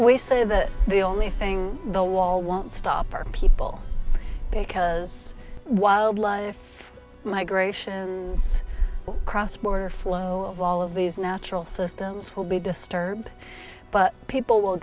we say that the only thing the wall won't stop are people because wildlife migration it's cross border flow of all of these natural systems will be disturbed but people will